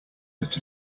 that